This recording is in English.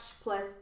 plus